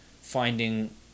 finding